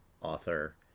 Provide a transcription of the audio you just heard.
author